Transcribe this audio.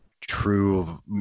true